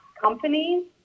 companies